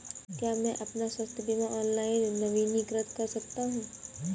क्या मैं अपना स्वास्थ्य बीमा ऑनलाइन नवीनीकृत कर सकता हूँ?